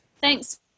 Thanks